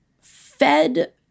fed